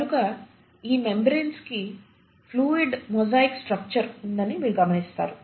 కనుక ఈ మెంబ్రేన్స్ కి ఫ్లూయిడ్ మొజాయిక్ స్ట్రక్చర్ ఉందని మీరు గమనిస్తారు